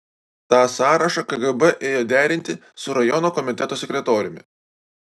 tą sąrašą kgb ėjo derinti su rajono komiteto sekretoriumi